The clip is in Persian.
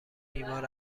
بیمار